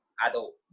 adult